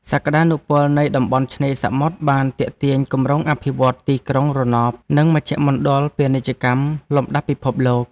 សក្តានុពលនៃតំបន់ឆ្នេរសមុទ្របានទាក់ទាញគម្រោងអភិវឌ្ឍន៍ទីក្រុងរណប និងមជ្ឈមណ្ឌលពាណិជ្ជកម្មលំដាប់ពិភពលោក។